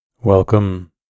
Welcome